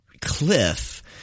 cliff